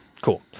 cool